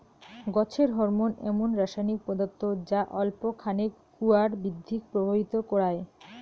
গছের হরমোন এমুন রাসায়নিক পদার্থ যা অল্প খানেক উয়ার বৃদ্ধিক প্রভাবিত করায়